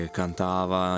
cantava